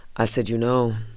i said, you know,